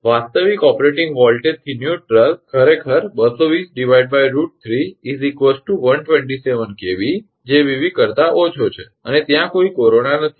વાસ્તવિક ઓપરેટિંગ વોલ્ટેજથી ન્યુટ્રલ ખરેખર 220 √3 127 𝑘𝑉 જે 𝑉𝑣 કરતા ઓછો છે અને ત્યાં કોઈ કોરોના નથી